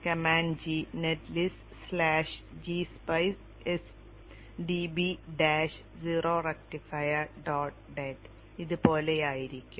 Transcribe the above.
command G net list slash g spice s d b dash o rectifier dot net ഇത് പോലെയായിരിക്കും